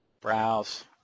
Browse